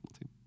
team